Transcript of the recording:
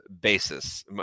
basis